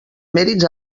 mèrits